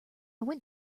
went